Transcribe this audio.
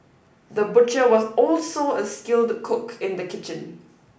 the butcher was also a skilled cook in the kitchen